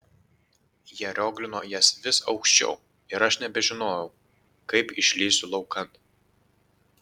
jie rioglino jas vis aukščiau ir aš nebežinojau kaip išlįsiu laukan